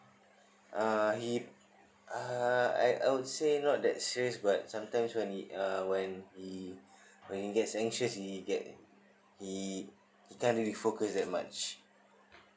uh he uh I will say not that serious but sometimes when he uh when he when he get anxious he get he can't really focus that much